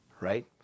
right